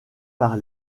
par